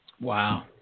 Wow